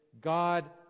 God